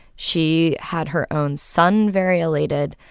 she had her own son variolated,